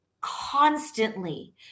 constantly